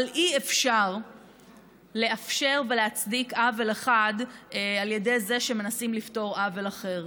אבל אי-אפשר לאפשר ולהצדיק עוול אחד על ידי זה שמנסים לפתור עוול אחר.